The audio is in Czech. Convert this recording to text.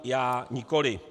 Já nikoli.